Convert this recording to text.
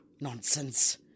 Nonsense